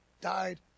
died